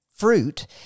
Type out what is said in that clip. Fruit